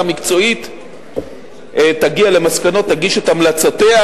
מקצועית תגיע למסקנות ותגיש את המלצותיה.